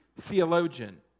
theologian